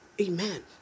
Amen